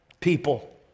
people